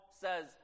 says